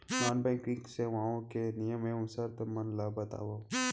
non banking सेवाओं के नियम एवं शर्त मन ला बतावव